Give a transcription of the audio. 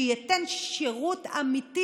שייתן שירות אמיתי,